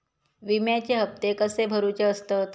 विम्याचे हप्ते कसे भरुचे असतत?